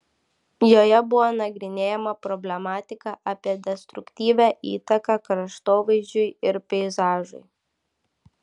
joje buvo nagrinėjama problematika apie destruktyvią įtaką kraštovaizdžiui ir peizažui